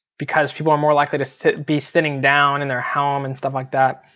because people are more likely to to be sitting down in their home and stuff like that.